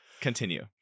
Continue